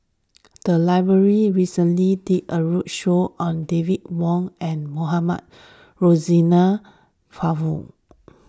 the library recently did a roadshow on David Wong and Mohamed Rozani Maarof